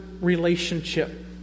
relationship